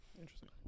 Interesting